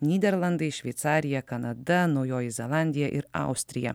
nyderlandai šveicarija kanada naujoji zelandija ir austrija